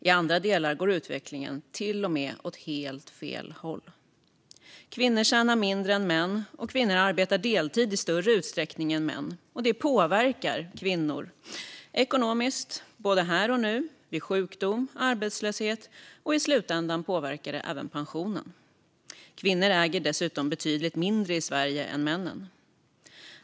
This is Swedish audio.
I andra delar går utvecklingen till och med åt helt fel håll. Kvinnor tjänar mindre än män, och kvinnor arbetar deltid i större utsträckning än män. Det påverkar kvinnor ekonomiskt, både här och nu och vid sjukdom och arbetslöshet. I slutändan påverkar det även pensionen. Kvinnor i Sverige äger dessutom betydligt mindre än männen.